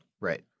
Right